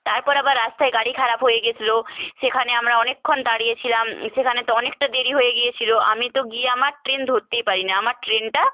তারপর আবার রাস্তায় গাড়ি খারাপ হয়ে গিয়েছিল সেখানে আমরা অনেকক্ষণ দাঁড়িয়েছিলাম সেখানে তো অনেকটা দেরি হয়ে গিয়েছিল আমি তো গিয়ে আমার ট্রেন ধরতেই পারিনি আমার ট্রেনটা